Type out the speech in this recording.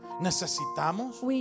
necesitamos